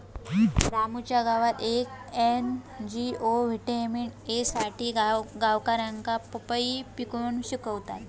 रामूच्या गावात येक एन.जी.ओ व्हिटॅमिन ए साठी गावकऱ्यांका पपई पिकवूक शिकवता